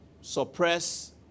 suppress